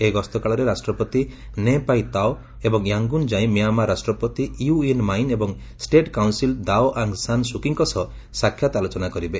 ଏହି ଗସ୍ତ କାଳରେ ରାଷ୍ଟ୍ରପତି ନେ ପାଇ ତାଓ ଏବଂ ୟାନଗୁଁ ଯାଇ ମିଆଁମାର ରାଷ୍ଟ୍ରପତି ୟୁ ୱିନ୍ ମାଇଁନ ଏବଂ ଷ୍ଟେଟ୍ କାଉନ୍ସିଲ୍ର Daw Aung San Suu Kyi ଙ୍କ ସହ ସାକ୍ଷାତ ଆଲୋଚନା କରିବେ